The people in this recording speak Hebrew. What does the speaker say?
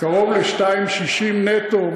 לקרוב ל-2.60 נטו,